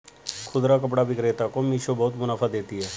खुदरा कपड़ा विक्रेता को मिशो बहुत मुनाफा देती है